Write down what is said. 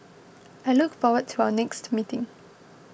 I look forward to our next meeting